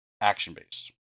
action-based